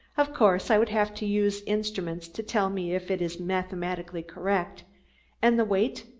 of course i would have to use instruments to tell me if it is mathematically correct and the weight,